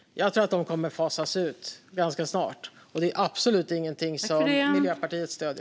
Jag tror att de kommer att fasas ut ganska snart. Det är absolut ingenting som Miljöpartiet stöder.